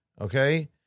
Okay